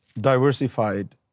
diversified